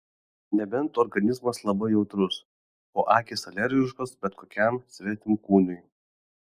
nebent organizmas labai jautrus o akys alergiškos bet kokiam svetimkūniui